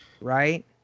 right